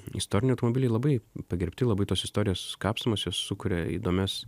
istoriniai automobiliai labai pagerbti labai tos istorijos kapstomos jos sukuria įdomias